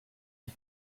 and